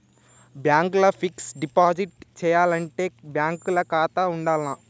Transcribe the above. Bank ల fixed deposit చేయాలంటే bank ల ఖాతా ఉండాల్నా?